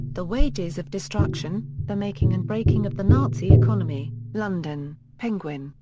the wages of destruction the making and breaking of the nazi economy, london penguin,